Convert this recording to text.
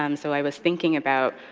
um so i was thinking about,